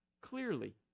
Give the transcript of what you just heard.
clearly